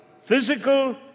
physical